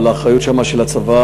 אבל האחריות שם היא של הצבא,